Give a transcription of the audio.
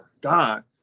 god